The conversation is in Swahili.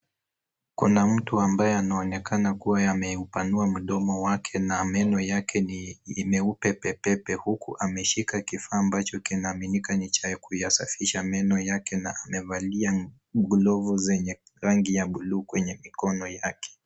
Kuna mtu ambaye anaonekana kuwa ameupanua mdomo wake na meno yake ni meupe pepepe huku ameshika kifaa ambacho kinaaminika ni cha kuyasafisha meno yake na amevalia glavu zenye rangi ya buluu kwenye mikono yake.